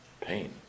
Pain